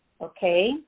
okay